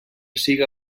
siga